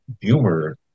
humor